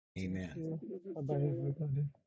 Amen